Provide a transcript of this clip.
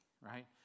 right